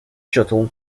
shuttle